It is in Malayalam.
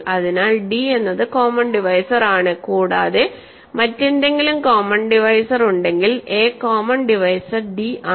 അതിനാൽ d എന്നത് കോമൺ ഡിവൈസർ ആണ് കൂടാതെ മറ്റെന്തെങ്കിലും കോമൺ ഡിവൈസർ ഉണ്ടെങ്കിൽ ആ കോമൺ ഡിവൈസർ d ആണ്